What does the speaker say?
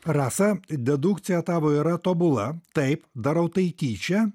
rasa dedukcija tavo yra tobula taip darau tai tyčia